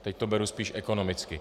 Teď to beru spíš ekonomicky.